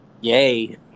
yay